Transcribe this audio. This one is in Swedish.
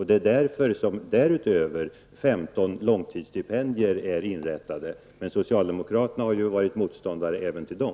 Det är bakgrunden till att därutöver 15 långtidsstipendier föreslås bli inrättade, men socialdemokraterna har ju varit motståndare även till dem.